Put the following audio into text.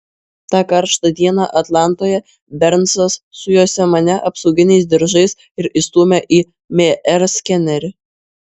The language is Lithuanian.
tą karštą dieną atlantoje bernsas sujuosė mane apsauginiais diržais ir įstūmė į mr skenerį